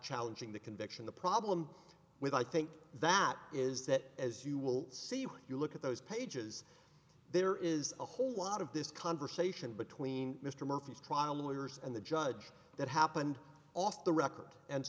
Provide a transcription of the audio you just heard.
challenging the conviction the problem with i think that is that as you will see when you look at those pages there is a whole lot of this conversation between mr murphy's trial lawyers and the judge that happened off the record and